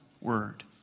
word